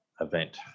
event